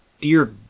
dear